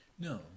No